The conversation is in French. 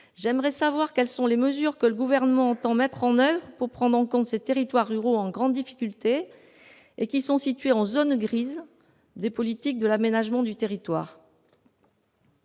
j'aimerais savoir quelles mesures le Gouvernement entend mettre en oeuvre pour prendre en compte ces territoires ruraux en grande difficulté et qui sont situés en « zone grise » des politiques de l'aménagement du territoire.